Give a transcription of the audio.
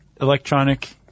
electronic